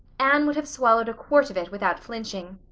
anne would have swallowed a quart of it without flinching.